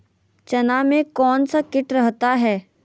चना में कौन सा किट रहता है?